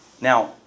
Now